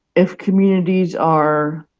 if communities are